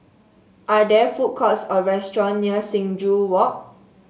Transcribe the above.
are there food courts or restaurant near Sing Joo Walk